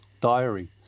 diary